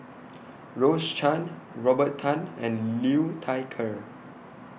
Rose Chan Robert Tan and Liu Thai Ker